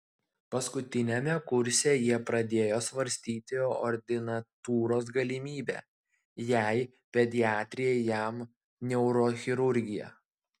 paskutiniame kurse jie pradėjo svarstyti ordinatūros galimybę jai pediatrija jam neurochirurgija